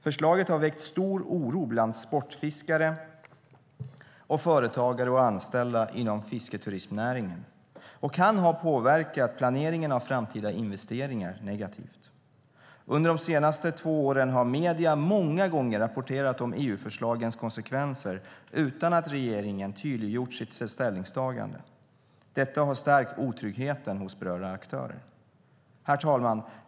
Förslaget har väckt stor oro bland sportfiskare och bland företagare och anställda inom fisketurismnäringen och kan ha påverkat planeringen av framtida investeringar negativt. Under de senaste två åren har medierna många gånger rapporterat om EU-förslagens konsekvenser utan att regeringen tydliggjort sitt ställningstagande. Detta har ökat otryggheten hos berörda aktörer. Herr talman!